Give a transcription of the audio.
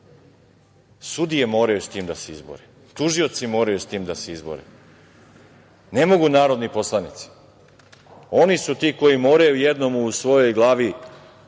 Sudije moraju sa tim da se izbore, tužioci moraju sa tim da se izbore, ne mogu narodni poslanici. Oni su ti koji moraju jednom u svojoj glavi da